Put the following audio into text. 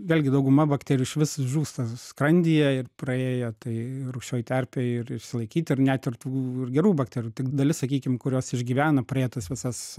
vėlgi dauguma bakterijų išvis žūsta skrandyje ir praėję tai rūgščioj terpėj ir išsilaikyt ir net ir tų ir gerų bakterijų tik dalis sakykim kurios išgyvena praėję tas visas